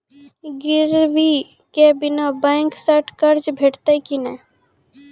गिरवी के बिना बैंक सऽ कर्ज भेटतै की नै?